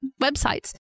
websites